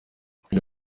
kujya